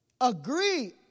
agree